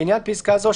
לעניין פסקה זו,